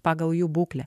pagal jų būklę